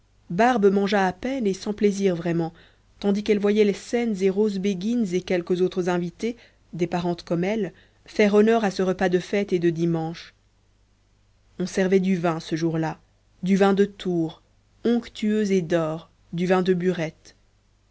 barbe mangea à peine et sans plaisir vraiment tandis qu'elle voyait les saines et roses béguines et quelques autres invitées des parentes comme elle faire honneur à ce repas de fête et de dimanche on servait du vin ce jour-là du vin de tours onctueux et d'or du vin de burettes